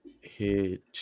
hit